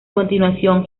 continuación